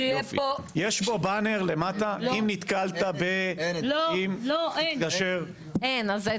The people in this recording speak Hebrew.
יש בו באנר למטה, אם נתקלת --- לא, אין.